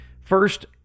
First